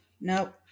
Nope